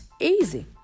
Easy